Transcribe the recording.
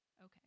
Okay